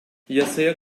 yasaya